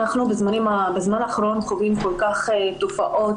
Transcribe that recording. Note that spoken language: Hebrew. אנחנו בזמן האחרון קוראים על תופעות